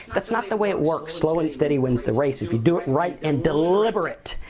that's not the way it works, slow and steady wins the race. if you do it right and deliberate,